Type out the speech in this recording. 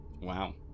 wow